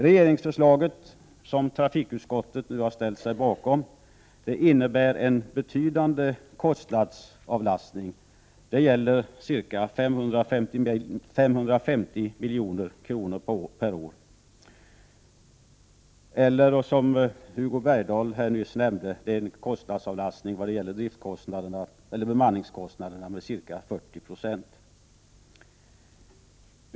Regeringsförslaget, som trafikutskottet nu har ställt sig bakom, innebär en betydande kostnadsavlastning för rederinäringen med ca 550 milj.kr. per år, eller som Hugo Bergdahl nyss nämnde: Det är en kostnadsavlastning vad gäller bemanningskostnaderna med ca 40 9.